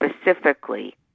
specifically